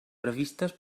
previstes